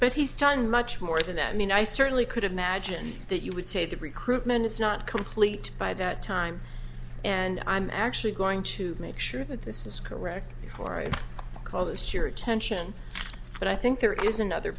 but he's done much more than that mean i certainly could imagine that you would say that recruitment is not complete by that time and i'm actually going to make sure that this is correct before i call this your attention but i think there is another